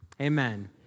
amen